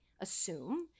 assume